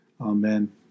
Amen